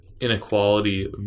inequality